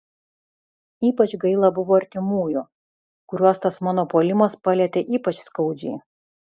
ypač gaila buvo artimųjų kuriuos tas mano puolimas palietė ypač skaudžiai